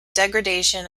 degradation